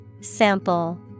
Sample